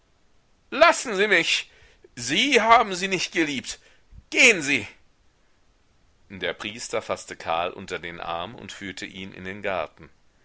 lassen sie mich sie haben sie nicht geliebt gehn sie der priester faßte karl unter den arm und führte ihn in den garten